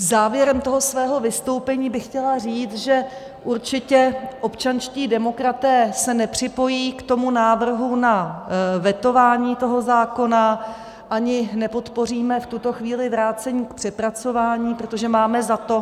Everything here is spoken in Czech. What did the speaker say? Závěrem svého vystoupení bych chtěla říct, že se určitě občanští demokraté nepřipojí k návrhu na vetování toho zákona ani nepodpoříme v tuto chvíli vrácení k přepracování, protože máme za to...